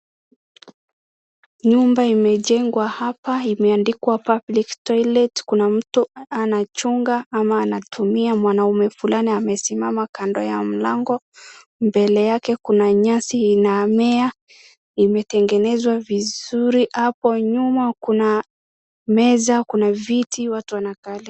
Nyumba imejengwa hapa imeandikwa Public toilet kuna mtu anachunga ama anatumia mwanaume mwingine amesimama kando ya mlango. Mbele yake kuna nyasi inamea imetengenezwa vizuri hapo nyuma, kuna meza kuna viti watu wanakalia.